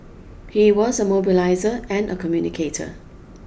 he was a mobiliser and a communicator